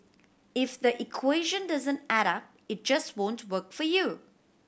if the equation doesn't add up it just won't work for you